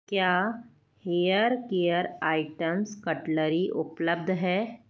क्या hair care items cutlery उपलब्ध है